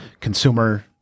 consumer